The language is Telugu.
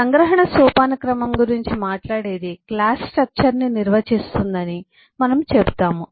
సంగ్రహణ సోపానక్రమం గురించి మాట్లాడేది క్లాస్ స్ట్రక్చర్ని నిర్వచిస్తుందని మనం చెబుతాము